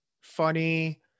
funny